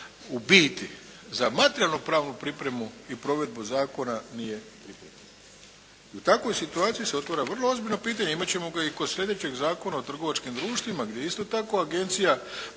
u biti za materijalno pravnu pripremu i provedbu zakona nije …/Govornik se ne razumije./… I u takvoj situaciji se otvara vrlo ozbiljno pitanje. Imat ćemo ga i kod sljedećeg Zakona o trgovačkim društvima gdje isto tako agencija